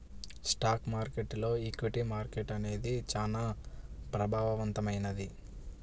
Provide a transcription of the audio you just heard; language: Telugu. స్టాక్ మార్కెట్టులో ఈక్విటీ మార్కెట్టు అనేది చానా ప్రభావవంతమైంది